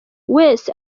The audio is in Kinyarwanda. wese